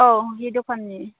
औ हि दखानि